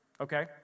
Okay